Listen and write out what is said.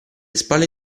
spalle